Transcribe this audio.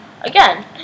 again